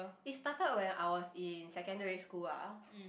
it started when I was in secondary school ah